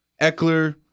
Eckler